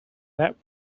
that